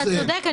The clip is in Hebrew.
אתה צודק.